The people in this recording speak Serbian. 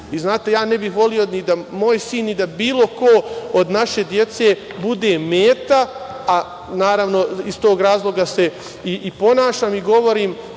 poslom. Znate, ja ne bih voleo ni da moj sin, ni da bilo ko od naše dece bude meta, a naravno, iz tog razloga se i ponašam i govorim